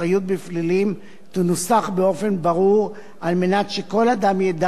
בפלילים תנוסח באופן ברור כדי שכל אדם ידע,